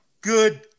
good